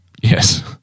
Yes